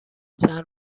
چند